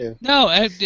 No